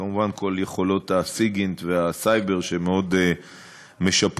כמובן כל יכולות הסיגינט והסייבר שמאוד משפרות